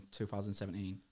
2017